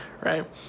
Right